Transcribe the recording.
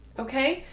ok,